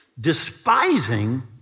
despising